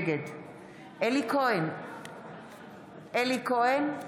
נגד אלי כהן, בעד מאיר כהן, אינו